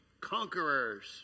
conquerors